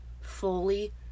fully